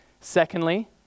Secondly